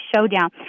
showdown